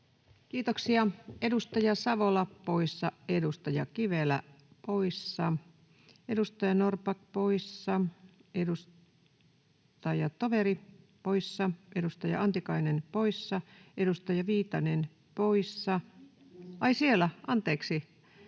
Kiitoksia. — Edustaja Savola poissa, edustaja Kivelä poissa, edustaja Norrback poissa, edustaja Toveri poissa, edustaja Antikainen poissa, edustaja Viitanen poissa. [Pia Viitanen: